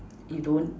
you don't